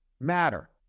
matter